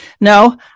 No